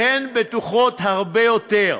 שהן בטוחות הרבה יותר.